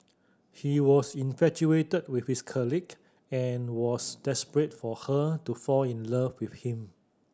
he was infatuated with his colleague and was desperate for her to fall in love with him